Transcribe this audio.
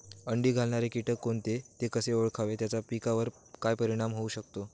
अंडी घालणारे किटक कोणते, ते कसे ओळखावे त्याचा पिकावर काय परिणाम होऊ शकतो?